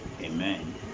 Amen